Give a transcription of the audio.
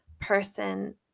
person